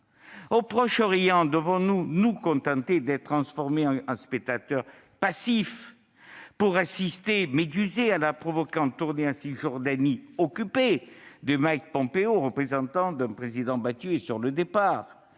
Au Proche-Orient, devons-nous nous contenter d'être transformés en spectateurs passifs, qui assistent, médusés, à la provocante tournée en Cisjordanie occupée de Mike Pompeo, représentant d'un président battu et sur le départ ?